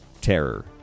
terror